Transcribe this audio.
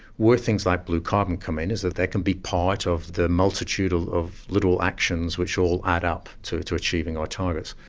where things like blue carbon come in is that they can be part of the multitude of of little actions which all add up to to achieving our targets.